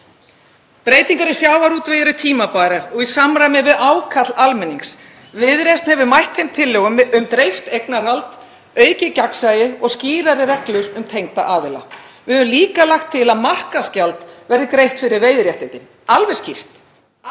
Breytingar í sjávarútvegi eru tímabærar og í samræmi við ákall almennings. Viðreisn hefur mætt því með tillögum um dreift eignarhald, aukið gagnsæi og skýrari reglur um tengda aðila. Við höfum líka lagt til að markaðsgjald verði greitt fyrir veiðiréttindin. Alveg skýrt.